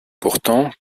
pourtant